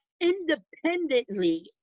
independently